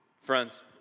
Friends